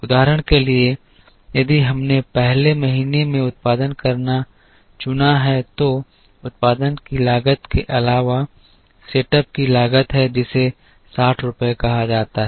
उदाहरण के लिए यदि हमने पहले महीने में उत्पादन करना चुना है तो उत्पादन की लागत के अलावा सेटअप की लागत है जिसे 60 रुपये कहा जाता है